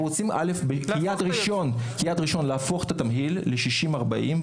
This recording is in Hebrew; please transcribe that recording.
כיעד ראשון אנחנו רוצים להפוך את התמהיל ל-60 - 40,